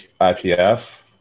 IPF